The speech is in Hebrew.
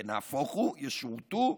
ונהפוך הוא, ישורתו,